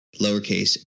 lowercase